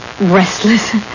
restless